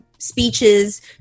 speeches